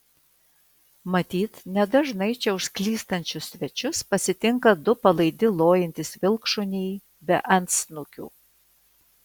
matyt nedažnai čia užklystančius svečius pasitinka du palaidi lojantys vilkšuniai be antsnukių